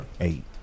eight